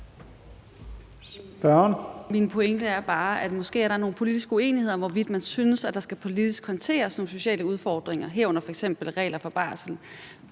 Min pointe er bare, at der måske er nogle politiske uenigheder om, hvorvidt man synes, at der politisk skal håndteres nogle sociale udfordringer, herunder f.eks. regler for barsel,